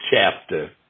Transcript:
chapter